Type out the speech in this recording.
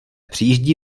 přijíždí